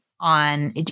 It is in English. on